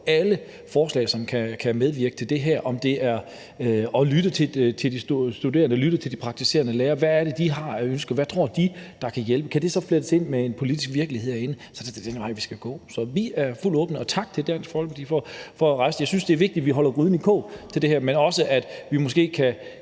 alle forslag, som kan medvirke til det her. Det kan være at lytte til de studerende og lytte til de praktiserende læger – hvad er det, de har af ønsker, og hvad tror de kan hjælpe? Kan det så flettes ind i en politisk virkelighed herinde, så er det da den vej, vi skal gå. Så vi er helt åbne, og tak til Dansk Folkeparti for at rejse det. Jeg synes, det er vigtigt, at vi holder gryden i kog om det her, men også, at vi måske kan